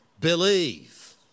believe